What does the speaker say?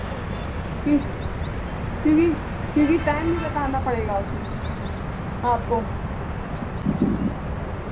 क्योंकि क्योंकि टाइम भी बताना पड़ेगा उसमें आपको